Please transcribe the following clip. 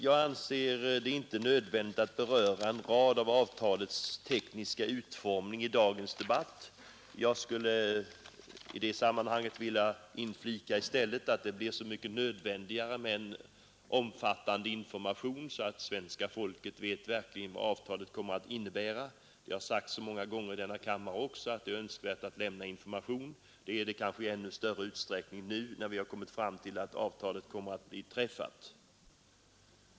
Jag anser det inte nödvändigt att beröra en rad av avtalets tekniska utformning i dagens debatt. Jag skulle i det sammanhanget vilja inflika, att det i stället blir så mycket nödvändigare med en omfattande information, så att svenska folket verkligen vet vad avtalet kommer att innebära. Det har sagts många gånger i denna kammare, att det är önskvärt att lämna information. Det är det kanske i ännu större utsträckning nu när vi kommit fram till att avtalet kommer att bli träffat.